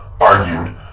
argued